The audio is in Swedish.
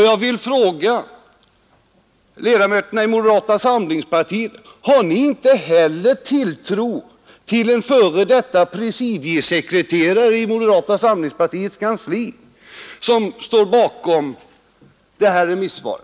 Jag vill fråga moderata samlingspartiets ledamöter: Har inte Nr 63 heller ni tilltro till Én f. d. presidiesekreterare i moderata samlingspartiets Fredagen den kansli, som också står bakom detta remissvar?